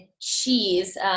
cheese